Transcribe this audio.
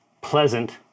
Pleasant